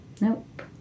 Nope